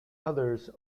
others